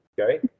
okay